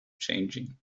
changing